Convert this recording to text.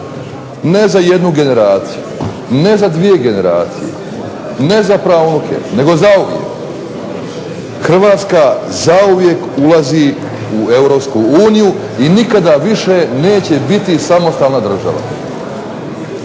Ne za jednu generaciju, ne za dvije generacije, ne za praunuke, nego zauvijek. Hrvatska zauvijek ulazi u EU i nikada više neće biti samostalna država.